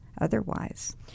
otherwise